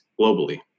globally